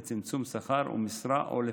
לצמצום שכר ומשרה או לפיטורים.